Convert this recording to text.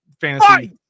fantasy